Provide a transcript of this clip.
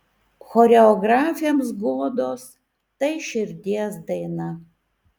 choreografėms godos tai širdies daina